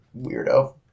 weirdo